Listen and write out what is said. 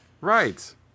Right